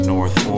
North